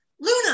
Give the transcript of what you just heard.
Luna